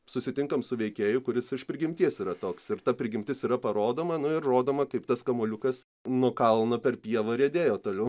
susitinkam su veikėju kuris iš prigimties yra toks ir ta prigimtis yra parodoma nu ir rodoma kaip tas kamuoliukas nuo kalno per pievą riedėjo toliau